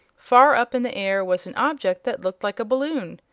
far up in the air was an object that looked like a balloon.